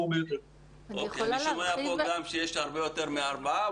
אני שומע פה שיש הרבה יותר מארבעה.